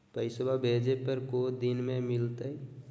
पैसवा भेजे पर को दिन मे मिलतय?